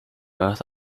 earth